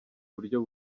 buryo